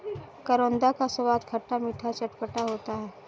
करौंदा का स्वाद खट्टा मीठा चटपटा होता है